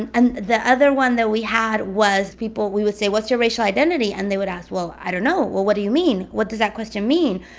and the other one that we had was people we would say, what's your racial identity? and they would ask, well, i don't know. well, what do you mean? what does that question mean?